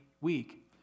week